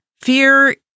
fear